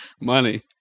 Money